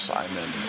Simon